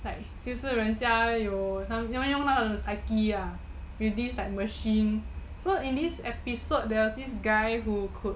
就是人家有用那个 psyche ah with these machine so there was this episode where this guy could